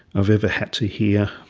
i've ever had to hear.